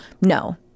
No